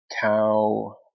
cow